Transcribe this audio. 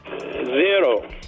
Zero